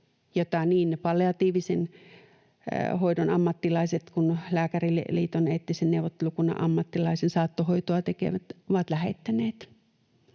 joita niin palliatiivisen hoidon ammattilaiset kuin Lääkäriliiton eettisen neuvottelukunnan saattohoitoa tekevät ammattilaiset ovat lähettäneet.